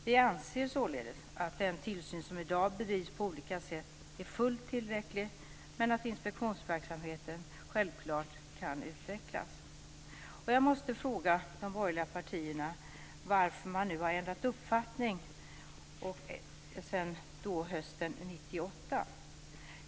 Vi anser således att den tillsyn som i dag bedrivs på olika sätt är fullt tillräcklig, men att inspektionsverksamheten självklart kan utvecklas. Jag måste fråga de borgerliga partierna varför man nu har ändrat uppfattning sedan hösten 1998.